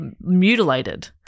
mutilated